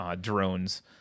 drones